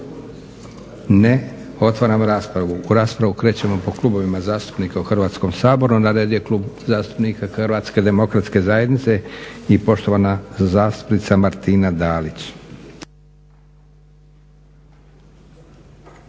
Ne. Otvaram raspravu. U raspravu krećemo po klubovima zastupnika u Hrvatskom saboru. Na redu je Klub zastupnika HDZ-a i poštovana zastupnica Martina Dalić.